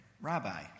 Rabbi